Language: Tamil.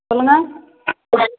சொல்லுங்கள்